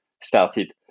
started